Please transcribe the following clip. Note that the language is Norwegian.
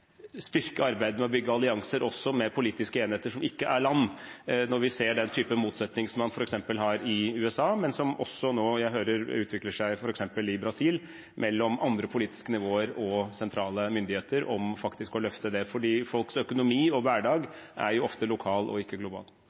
styrke arbeidet med å bygge allianser også med politiske enheter som ikke er land – når vi ser den typen motsetninger man har i f.eks. USA, men som jeg nå hører også utvikler seg i f.eks. Brasil, mellom andre politiske nivåer og sentrale myndigheter, om faktisk å løfte det. For folks økonomi og hverdag er jo ofte lokal og ikke global.